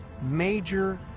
major